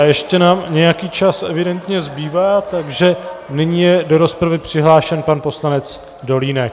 Ještě nám nějaký čas evidentně zbývá, takže nyní je do rozpravy přihlášen pan poslanec Dolínek.